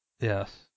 Yes